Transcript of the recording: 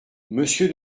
monsieur